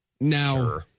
Now